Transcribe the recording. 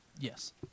Yes